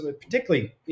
particularly